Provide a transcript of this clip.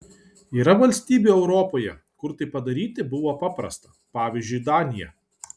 yra valstybių europoje kur tai padaryti buvo paprasta pavyzdžiui danija